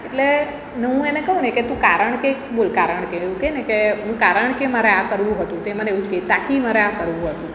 એટલે હું એને કહું ને કે તું કારણ કંઈક બોલ કારણ કે એવું કે ને કે હું કારણ કે મારે આ કરવું હતું તે મને એવું જ કે તાખી મારે આ કરવું હતું